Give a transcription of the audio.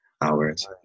hours